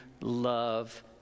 love